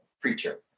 preacher